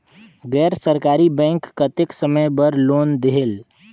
गैर सरकारी बैंक कतेक समय बर लोन देहेल?